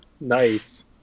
nice